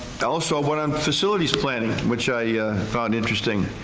also, one on facilities planning which i yeah found interesting.